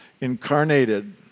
incarnated